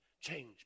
change